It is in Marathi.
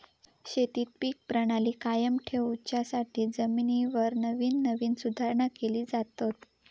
शेतीत पीक प्रणाली कायम ठेवच्यासाठी जमिनीवर नवीन नवीन सुधारणा केले जातत